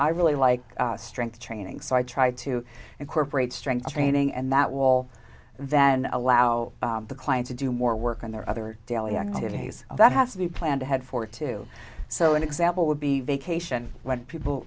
i really like strength training so i try to incorporate strength training and that wall then allow the client to do more work on their other daily activities that have to be planned ahead for too so an example would be vacation when people